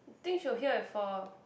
think she were here before